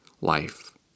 life